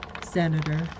Senator